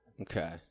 Okay